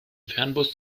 fernbus